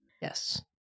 yes